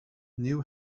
new